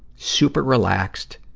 super relaxed